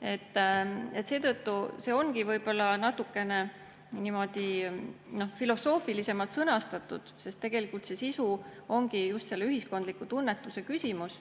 see ongi võib-olla natukene niimoodi filosoofilisemalt sõnastatud, sest tegelikult see sisu ongi just selle ühiskondliku tunnetuse küsimus,